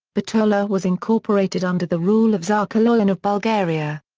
bitola was incorporated under the rule of tsar kaloyan of bulgaria.